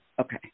Okay